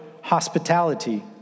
hospitality